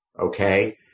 okay